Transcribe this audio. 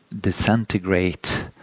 disintegrate